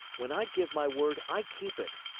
when i give my word i keep it.